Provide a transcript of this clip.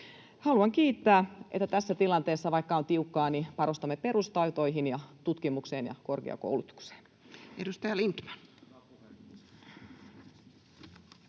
Haluan kiittää siitä, että tässä tilanteessa, vaikka on tiukkaa, panostamme perustaitoihin ja tutkimukseen ja korkeakoulutukseen.